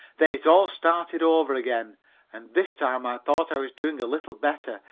then it all started over again and this time i thought i was doing a little better,